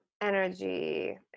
energy